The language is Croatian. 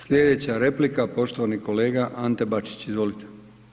Slijedeća replika, poštovani kolega Ante Bačić, izvolite.